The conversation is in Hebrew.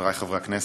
חברי חברי הכנסת,